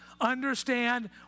understand